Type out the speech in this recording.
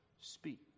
speak